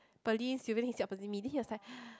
Pearlyn Sylvia sit opposite me then he was like